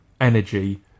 energy